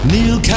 Neil